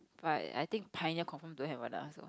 right I think Pioneer confirm don't have one lah so